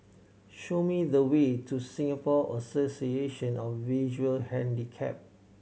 show me the way to Singapore Association of Visually Handicapped